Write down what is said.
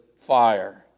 fire